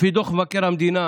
לפי דוח מבקר המדינה